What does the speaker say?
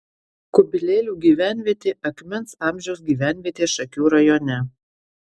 kubilėlių gyvenvietė akmens amžiaus gyvenvietė šakių rajone